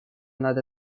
надо